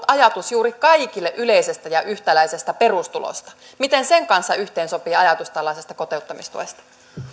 ajatus juuri kaikille yleisestä ja yhtäläisestä perustulosta miten sen kanssa yhteen sopii ajatus tällaisesta kotouttamistuesta